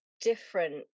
different